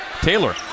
Taylor